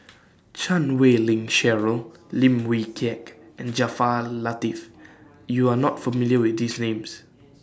Chan Wei Ling Cheryl Lim Wee Kiak and Jaafar Latiff YOU Are not familiar with These Names